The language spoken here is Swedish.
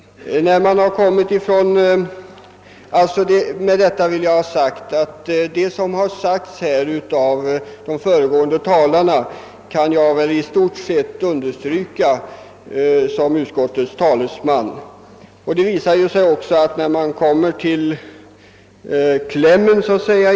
Härmed vill jag bara ha sagt att jag som utskottsmajoritetens talesman i stort sett kan instämma i de föregående talarnas yttranden.